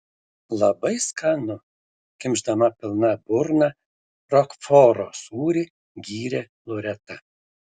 labai skanu kimšdama pilna burna rokforo sūrį gyrė loreta